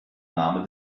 name